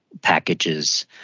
packages